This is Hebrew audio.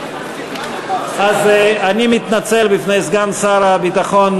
אז אני מתנצל בפני סגן שר הביטחון,